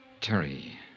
Terry